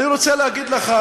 אני רוצה להגיד לך,